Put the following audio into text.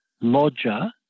lodger